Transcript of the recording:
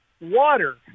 Water